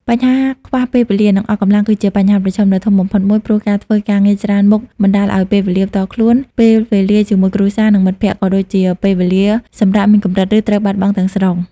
បញ្ហាខ្វះពេលវេលា និងអស់កម្លាំងគឺជាបញ្ហាប្រឈមដ៏ធំបំផុតមួយ ព្រោះការធ្វើការងារច្រើនមុខបណ្តាលឱ្យពេលវេលាផ្ទាល់ខ្លួន ពេលវេលាជាមួយគ្រួសារ និងមិត្តភក្តិ ក៏ដូចជាពេលវេលាសម្រាកមានកម្រិត ឬត្រូវបាត់បង់ទាំងស្រុង។